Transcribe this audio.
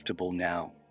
now